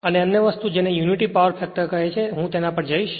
અને અન્ય વસ્તુ જેને યુનિટી પાવર ફેક્ટર કહે છે હું તેના પર જઈશ